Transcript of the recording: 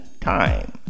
time